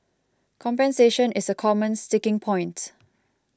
compensation is a common sticking point